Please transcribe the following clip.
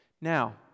Now